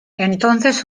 entonces